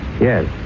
Yes